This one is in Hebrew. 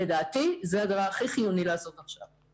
לדעתי, זה הדבר הכי חיוני לעשות עכשיו.